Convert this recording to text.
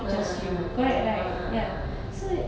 ah ah ah ah (uh huh) (uh huh) (uh huh)